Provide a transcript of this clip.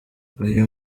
iyo